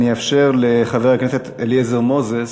אני אאפשר לחבר הכנסת אליעזר מוזס,